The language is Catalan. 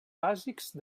bàsics